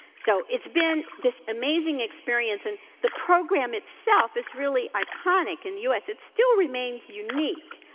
so, it's been this amazing experience and the program itself is really iconic in the us, it still remains unique.